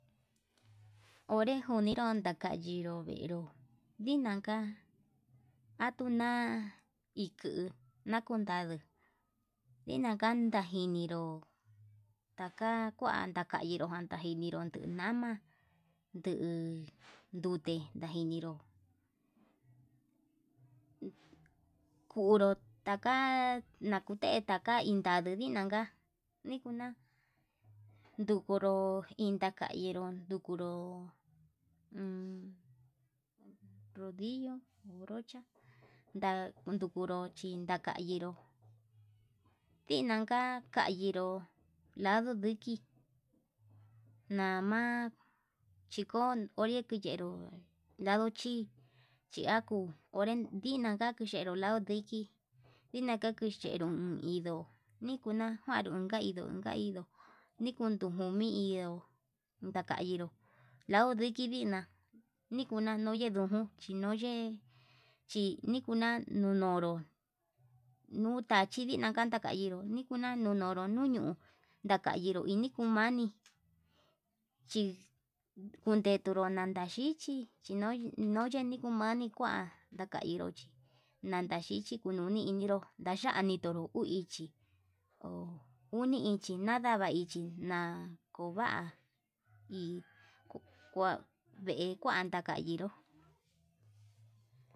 Onre njuniyu ndakayinru veero ndinanka, atuu na'a inkuu ndakuntaru ndinanka tajiniró taka kua tainró ján tajiniru nduu nama, ndu ndute ndajiniru kuu nruu taka nate taka inanduu inanka kuna ndukuru intaka inró ndukuru ummm rodillo o brocha nda ndukuru inanka kinró, ndinanka kayinró lado nduki nama chiko onré kuyenró lado chi chiakuu onren dika ka kuchero laudiki, ndinaka kuchenrun inro nikuna kuaru unkaido kaido nikun nduju nii ienró ndaka inro lau ndiki ndina'a, nikuna yunden ndojón chi noyee ndikuna ninonró, nutachi ninaka natachinru nuna nononro nuño'o, ndakairu nuni kuu nami chi kundeturu nandan xhichí, chí chinoye nikumani kuan ndainró chi nadaxhichí kuan nuninro ndaxha'a nanitunru nuu ichí ho uni ichi nandava ichi, na'a kova'a hi vee kuan ndaka inró.